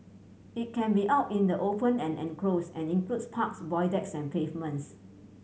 it can be out in the open and enclosed and includes parks void decks and pavements